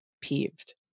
peeved